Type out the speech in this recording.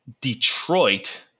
Detroit